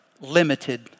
limited